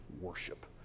worship